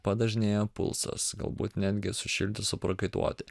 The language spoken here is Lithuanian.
padažnėja pulsas galbūt netgi sušilti suprakaituoti